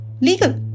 legal